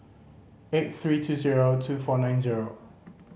eight three two zero two four nine zero